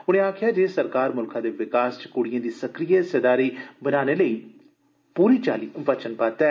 उनें आक्खेआ जे सरकार मुल्खै दे विकास च कुडिएं दी सक्रिय हिस्सेदारी बनाने लेई सरकार पूरी चाल्ली वचनबद्द ऐ